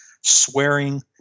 swearing